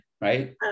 right